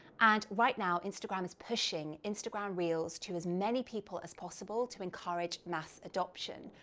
and right now instagram is pushing instagram reels to as many people as possible to encourage mass adoption.